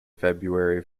february